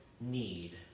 need